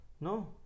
No